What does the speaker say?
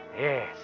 Yes